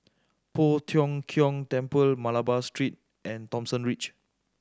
Poh Tiong Kiong Temple Malabar Street and Thomson Ridge